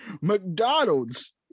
McDonald's